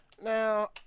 Now